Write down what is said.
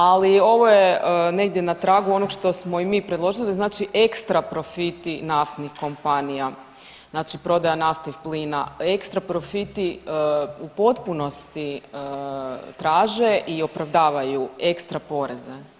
Ali ovo je negdje na tragu onoga što smo i mi predložili, znači ekstra profiti naftnih kompanija, znači nafte i plina, ekstra profiti u potpunosti traže i opravdavaju ekstra poreze.